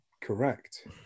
Correct